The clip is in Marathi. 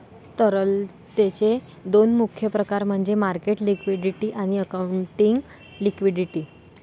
तरलतेचे दोन मुख्य प्रकार म्हणजे मार्केट लिक्विडिटी आणि अकाउंटिंग लिक्विडिटी